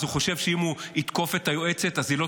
אז הוא חושב שאם הוא יתקוף את היועצת אז היא לא